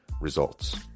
results